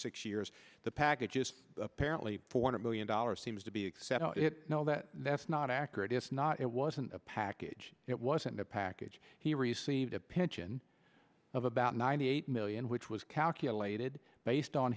six years the package is apparently four hundred million dollars seems to be excessive no that that's not accurate it's not it wasn't a package it wasn't a package he received a pension of about ninety eight million which was calculated based on